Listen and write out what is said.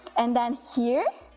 and then here,